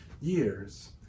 years